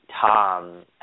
Tom